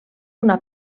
una